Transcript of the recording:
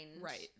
Right